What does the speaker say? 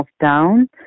down